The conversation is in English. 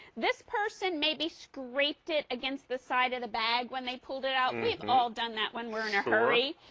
this person maybe scraped it against the side of the back when they pulled it out, we have all done that when we are in a hurry.